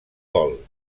gol